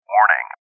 Warning